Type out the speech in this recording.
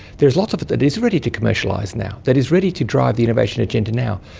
there's lots of it that is ready to commercialise now, that is ready to drive the innovation agenda now.